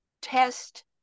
test